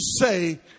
say